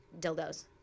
dildos